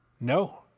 no